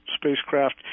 spacecraft